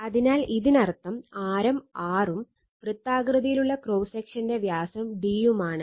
അതിനാൽ ഇതിനർത്ഥം ആരം R ഉം വൃത്താകൃതിയിലുള്ള ക്രോസ് സെക്ഷന്റെ വ്യാസം d യും ആണ്